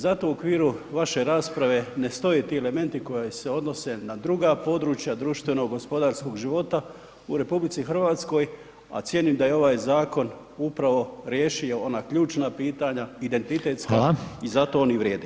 Zato u okviru vaše rasprave ne stoje ti elementi koji se odnose na druga područja društvenog gospodarskog života u RH a cijenim da je ovaj zakon upravo riješio ona ključna pitanja, identitetska i zato on i vrijedi.